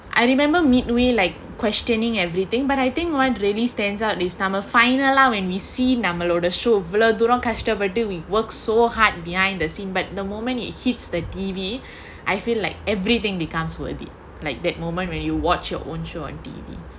I remember midway like questioning everything but I think what really stands out is நம்ம:namma final lah when we see நம்மலோட:nammaloda show இவ்வளவு தூரொம் கஷ்டப்பட்டு:ivvalavu thoorom kashtappattu we work so hard behind the scenes but the moment it hits the T_V I feel like everything becomes worthy like that moment when you watch your own show on T_V